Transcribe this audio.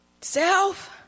self